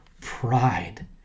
pride